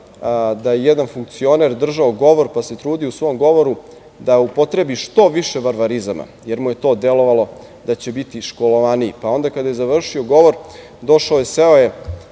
da je jedan funkcioner držao govor, pa se trudio u svom govoru da upotrebi što više varvarizama jer mu je to delovalo da će biti školovaniji. Onda kada je završio govor došao je, seo je